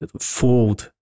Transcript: fold